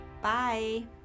Bye